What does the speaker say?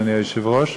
אדוני היושב-ראש,